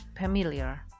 familiar